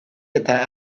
eta